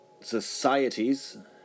societies